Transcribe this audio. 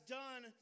done